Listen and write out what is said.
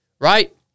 right